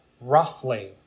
roughly